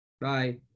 Bye